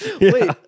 Wait